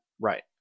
Right